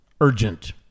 urgent